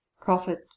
Profit